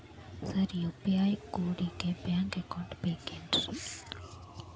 Sir UPI ಕೋಡಿಗೂ bank account ಬೇಕೆನ್ರಿ?